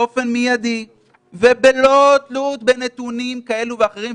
באופן מידי וללא תלות בנתונים כאלה ואחרים,